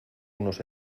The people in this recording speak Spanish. unos